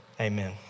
Amen